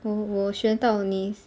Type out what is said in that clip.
我我学到你